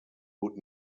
would